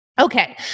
Okay